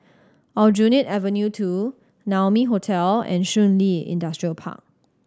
Aljunied Avenue Two Naumi Hotel and Shun Li Industrial Park